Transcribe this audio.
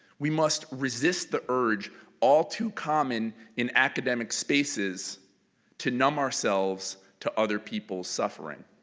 we must resist the urge all too common in academic spaces to numb ourselves to other people's suffering.